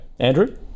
Andrew